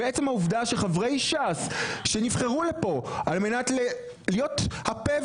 עצם העובדה שחברי ש"ס שנבחרו לכאן על מנת להיות הפה